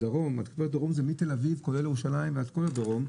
בדרום מתל אביב כולל ירושלים כולל כל הדרום,